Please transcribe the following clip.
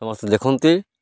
ସମସ୍ତେ ଦେଖନ୍ତି